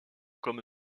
comme